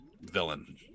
villain